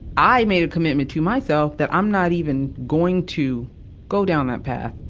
i made a commitment to myself that i'm not even going to go down that path.